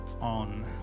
on